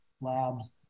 labs